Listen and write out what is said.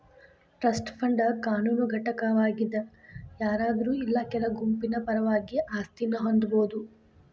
trust fund ಕಾನೂನು ಘಟಕವಾಗಿದ್ ಯಾರಾದ್ರು ಇಲ್ಲಾ ಕೆಲ ಗುಂಪಿನ ಪರವಾಗಿ ಆಸ್ತಿನ ಹೊಂದಬೋದು